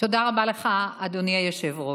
תודה רבה לך, אדוני היושב-ראש.